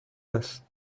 است